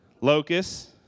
locust